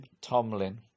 Tomlin